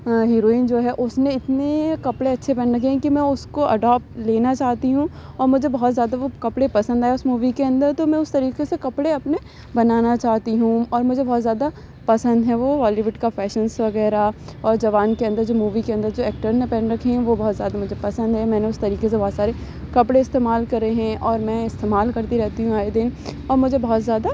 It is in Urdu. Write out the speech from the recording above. ہیروئن جو ہے اس نے اتنے کپڑے اچھے پہن رکھے ہیں کہ میں اس کو اڈاپ لینا چاہتی ہوں اور مجھے بہت زیادہ وہ کپڑے پسند آئے اس مووی کے اندر تو میں اس طریقے سے کپڑے اپنے بنانا چاہتی ہوں اور مجھے بہت زیادہ پسند ہیں وہ بالی ووڈ کا فیشنس وغیرہ اور جوان کے اندر جو مووی کے اندر جو ایکٹر نے پہن رکھے ہیں وہ بہت زیادہ مجھے پسند ہے میں نے اس طریقے سے بہت سارے کپڑے استعمال کرے ہیں اور میں استعمال کرتی رہتی ہوں ہر دن اور مجھے بہت زیادہ